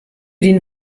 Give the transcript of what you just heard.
den